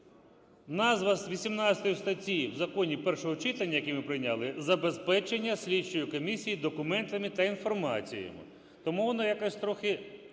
Назва з 18 статті в законі першого читання, яке ми прийняли, "Забезпечення слідчої комісії документами та інформацією". Тому воно якось трохи